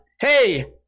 hey